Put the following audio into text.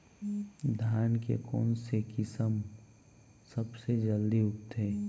धान के कोन से किसम सबसे जलदी उगथे?